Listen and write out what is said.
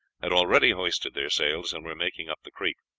had already hoisted their sails and were making up the creek.